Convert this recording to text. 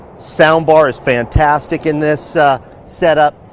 sound bar is fantastic in this setup,